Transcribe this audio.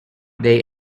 they